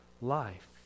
life